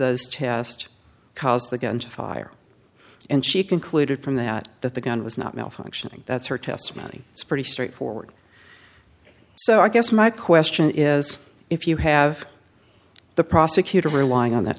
those test caused the gun to fire and she concluded from that that the gun was not malfunctioning that's her testimony it's pretty straightforward so i guess my question is if you have the prosecutor relying on that